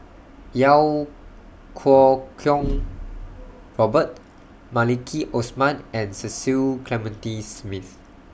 Iau Kuo Kwong Robert Maliki Osman and Cecil Clementi Smith